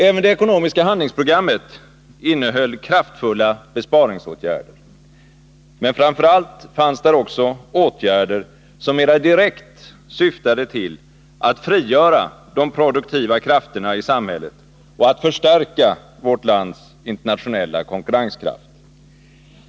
Även det ekonomiska handlingsprogrammet innehöll kraftfulla besparingsåtgärder. Men framför allt fanns där också åtgärder som mera direkt syftade till att frigöra de produktiva krafterna i samhället och förstärka vårt lands internationella konkurrenskraft.